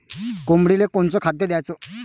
कोंबडीले कोनच खाद्य द्याच?